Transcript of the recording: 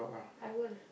I will